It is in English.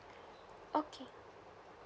okay